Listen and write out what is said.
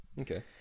Okay